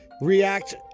react